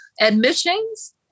admissions